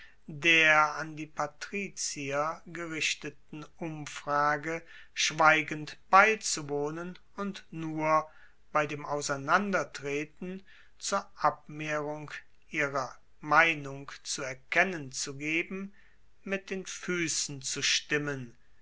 der an die patrizier gerichteten umfrage schweigend beizuwohnen und nur bei dem auseinandertreten zur abmehrung ihre meinung zu erkennen zu geben mit den fuessen zu stimmen